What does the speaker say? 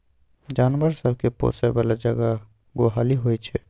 जानबर सब केँ पोसय बला जगह गोहाली होइ छै